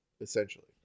essentially